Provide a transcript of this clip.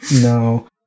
no